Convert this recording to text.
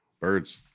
Birds